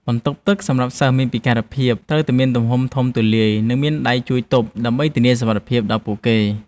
បន្ទប់ទឹកសម្រាប់សិស្សមានពិការភាពត្រូវតែមានទំហំធំទូលាយ និងមានដៃជួយទប់ដើម្បីធានាសុវត្ថិភាពដល់ពួកគេ។